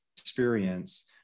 experience